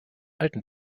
alten